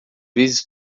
vezes